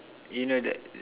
you know that